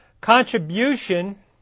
Contribution